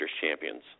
champions